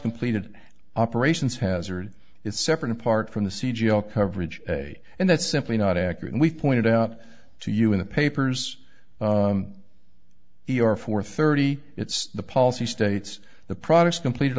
completed operations hazard is separate apart from the c g all coverage and that's simply not accurate and we pointed out to you in the papers e r four thirty it's the policy states the products completed